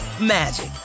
magic